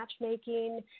matchmaking